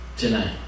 tonight